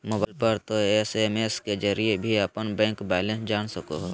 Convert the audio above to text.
mobile पर तों SMS के जरिए भी अपन बैंक बैलेंस जान सको हो